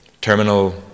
terminal